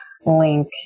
link